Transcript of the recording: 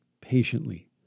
patiently